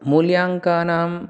मूल्याङ्कानां